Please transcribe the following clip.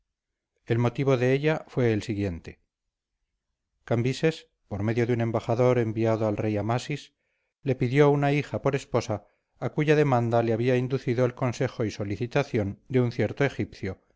el motivo de ella fue el siguiente cambises por medio de un embajador enviado al rey amasis le pidió una hija por esposa a cuya demanda le había inducido el consejo y solicitación de cierto